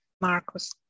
Marcus